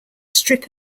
strip